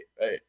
Right